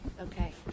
Okay